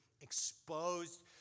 exposed